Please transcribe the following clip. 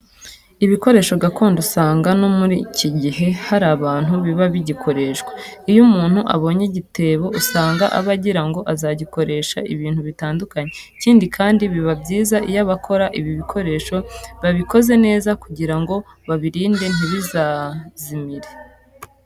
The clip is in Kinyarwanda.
Ibikoresho gakondo usanga no muri iki gihe hari ahantu biba bigikoreshwa. Iyo umuntu aboshye igitebo usanga aba agira ngo azagikoreshe ibintu bitandukanye. Ikindi kandi, biba byiza iyo abakora ibi bikoresho babikoze neza kugira ngo babirinde ntibizazimire.